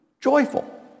joyful